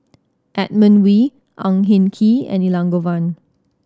Edmund Wee Ang Hin Kee and Elangovan